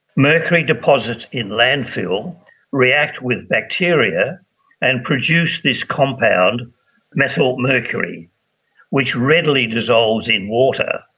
mercury deposits in landfill react with bacteria and produce this compound methylmercury, which readily dissolves in water.